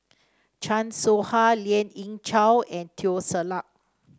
Chan Soh Ha Lien Ying Chow and Teo Ser Luck